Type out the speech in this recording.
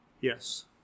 Yes